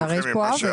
הרי יש כאן עוול.